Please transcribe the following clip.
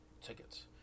tickets